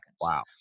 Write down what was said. Wow